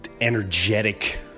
energetic